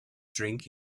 drink